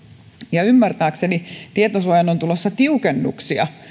ja kun ymmärtääkseni tietosuojaan on tulossa tiukennuksia